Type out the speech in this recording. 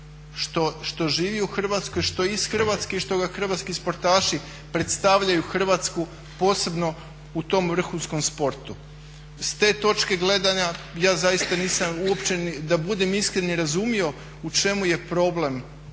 što živi u Hrvatskoj, što je iz Hrvatske i što hrvatski sportaši predstavljaju Hrvatsku posebno u tom vrhunskom sportu. S te točke gledanja ja zaista nisam uopće da budem iskren ni razumio u čemu je problem ove